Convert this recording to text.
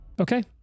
Okay